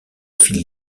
fil